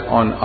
on